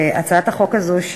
הצעת החוק הזאת,